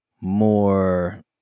more